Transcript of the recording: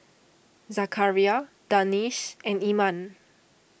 Zakaria Danish and Iman